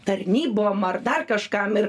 tarnybom ar dar kažkam ir